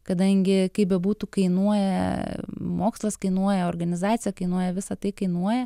kadangi kaip bebūtų kainuoja mokslas kainuoja organizacija kainuoja visa tai kainuoja